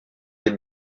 des